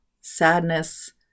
sadness